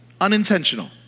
Unintentional